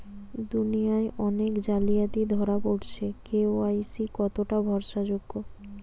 দুনিয়ায় অনেক জালিয়াতি ধরা পরেছে কে.ওয়াই.সি কতোটা ভরসা যোগ্য?